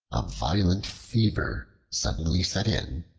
a violent fever suddenly set in,